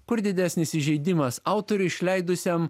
kur didesnis įžeidimas autoriui išleidusiam